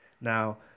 ...now